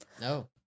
no